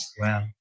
Wow